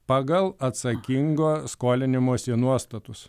pagal atsakingo skolinimosi nuostatus